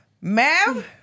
Ma'am